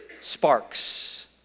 sparks